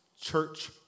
church